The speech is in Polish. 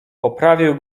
poprawił